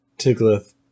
Tiglath